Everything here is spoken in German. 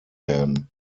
werden